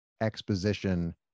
exposition